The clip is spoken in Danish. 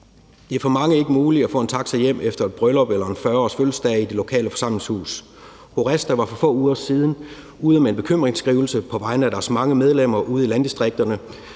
Det er for mange ikke muligt at få en taxa hjem efter et bryllup eller en 40-årsfødselsdag i det lokale forsamlingshus. HORESTA var for få uger siden ude med en bekymringsskrivelse på vegne af deres mange medlemmer ude i landdistrikterne,